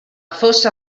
fossa